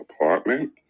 apartment